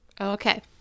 Okay